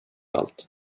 allt